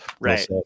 right